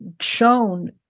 shown